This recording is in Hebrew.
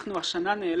אנחנו השנה נאלצנו